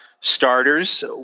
starters